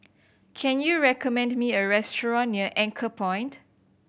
can you recommend me a restaurant near Anchorpoint